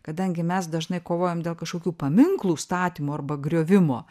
kadangi mes dažnai kovojam dėl kažkokių paminklų statymo arba griovimo